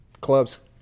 clubs